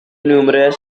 numerous